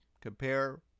Compare